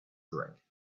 drink